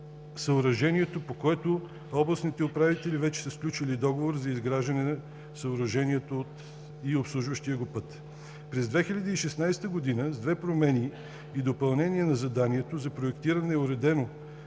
съоръжението, по което областните управители вече са сключили договор за изграждане на съоръжението и обслужващия го път. През 2016 г. – с две промени и допълнение на заданието за проектиране, е уреден